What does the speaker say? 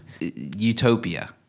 utopia